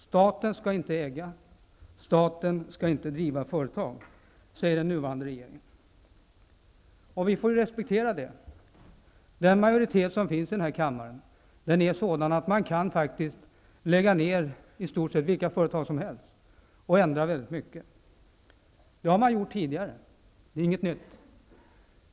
Staten skall inte äga, staten skall inte driva företag, säger den nuvarande regeringen. Och vi får respektera det. Den majoritet som finns i den här kammaren är sådan att man kan lägga ner i stort sett vilka företag som helst och ändra väldigt mycket. Det har man gjort tidigare. Det är inget nytt.